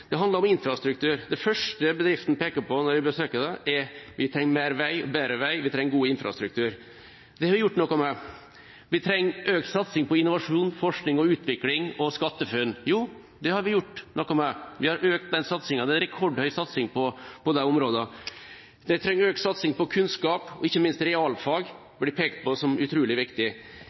Det handler om infrastruktur. Det første som bedriftene peker på når jeg besøker dem, er at de trenger mer og bedre vei, god infrastruktur: Det har vi gjort noe med. De trenger økt satsing på innovasjon, forskning og utvikling og SkatteFUNN: Det har vi gjort noe med. Vi har økt satsingen på det. Det er en rekordhøy satsing på de områdene. De trenger økt satsing på kunnskap, og ikke minst blir realfag pekt på som utrolig viktig.